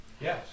Yes